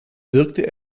wirkte